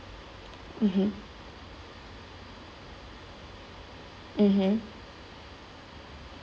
mmhmm mmhmm